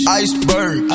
iceberg